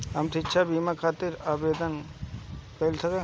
हम शिक्षा बीमा खातिर आवेदन कर सकिला?